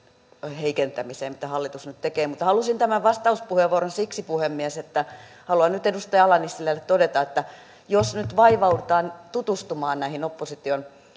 heikentämiseen mitä hallitus nyt tekee mutta halusin tämän vastauspuheenvuoron siksi puhemies että haluan nyt edustaja ala nissilälle todeta että jos nyt vaivaudutaan tutustumaan näihin opposition